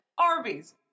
Arby's